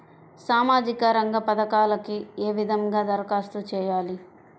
సామాజిక రంగ పథకాలకీ ఏ విధంగా ధరఖాస్తు చేయాలి?